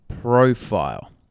profile